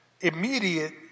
immediate